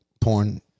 porn